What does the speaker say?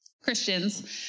Christians